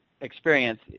experience